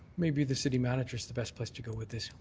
maybe the city manager's the best place to go with this.